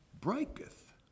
breaketh